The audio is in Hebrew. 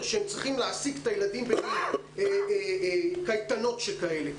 שצריכים להעסיק את הילדים בקייטנות שכאלה.